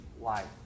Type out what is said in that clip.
life